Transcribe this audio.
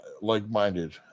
like-minded